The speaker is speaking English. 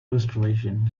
restoration